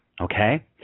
Okay